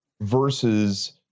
versus